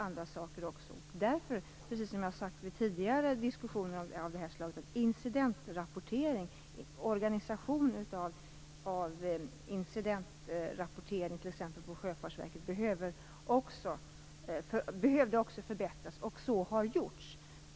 Därför behövde också, precis som jag har sagt vid tidigare diskussioner av det här slaget, organisationen av incidentrapporteringen t.ex. på Sjöfartsverket förbättras. Och så har gjorts.